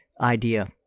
Idea